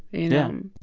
you know?